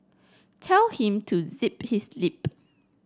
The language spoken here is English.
tell him to zip his lip